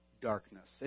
darkness